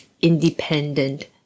independent